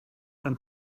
and